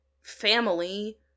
family